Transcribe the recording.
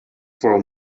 for